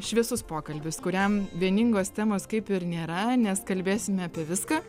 šviesus pokalbis kuriam vieningos temos kaip ir nėra nes kalbėsime apie viską